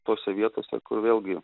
tose vietose kur vėlgi